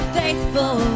faithful